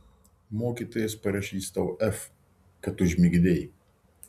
mokytojas parašys tau f kad užmigdei